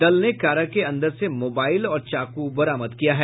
दल ने कारा के अंदर से मोबाईल और चाकू बरामद किया है